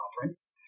conference